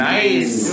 Nice